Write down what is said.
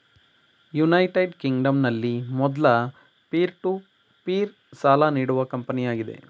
United ಕಿಂಗ್ಡಂನಲ್ಲಿ ಮೊದ್ಲ peer to peer ಸಾಲ ನೀಡುವ ಕಂಪನಿಯಾಗಿದೆ